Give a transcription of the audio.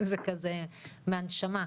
זה מהנשמה.